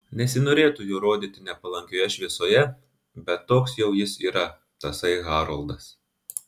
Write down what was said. nesinorėtų jo rodyti nepalankioje šviesoje bet toks jau jis yra tasai haroldas